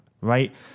right